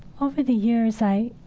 over the years, i,